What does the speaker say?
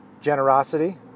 generosity